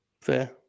Fair